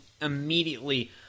immediately